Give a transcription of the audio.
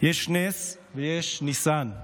יש נס ויש ניסן.